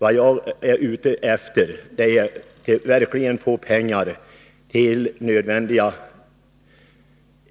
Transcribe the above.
Vad jag är ute efter är att vi verkligen får pengar till nödvändiga